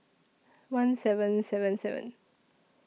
one seven seven seven